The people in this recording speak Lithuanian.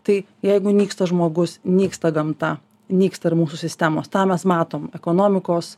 tai jeigu nyksta žmogus nyksta gamta nyksta ir mūsų sistemos tą mes matom ekonomikos